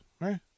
right